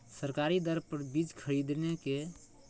सरकारी दर पर बीज खरीदें के सही प्रक्रिया की हय?